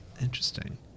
interesting